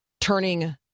Turning